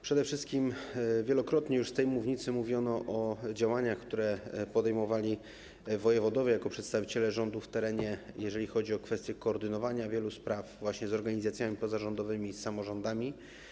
Przede wszystkim wielokrotnie już z tej mównicy mówiono o działaniach, które podejmowali wojewodowie jako przedstawiciele rządu w terenie, jeżeli chodzi o kwestie koordynowania wielu spraw, właśnie z organizacjami pozarządowymi i z samorządami.